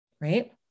right